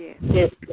Yes